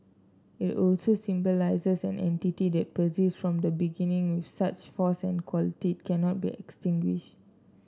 it also symbolises an entity that persists from the beginning with such force and quality it cannot be extinguished